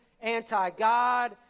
anti-God